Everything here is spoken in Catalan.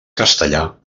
castellà